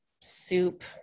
soup